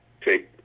take